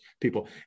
people